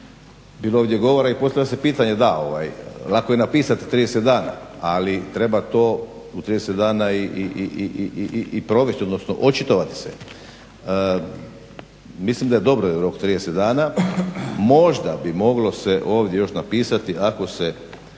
Bilo je ovdje govora i postavlja se pitanje da, lako je napisati 30 dana, ali treba to u 30 dana i provesti, odnosno očitovati se. Mislim da je dobar rok 30 dana. Možda bi moglo se ovdje još napisati ako sam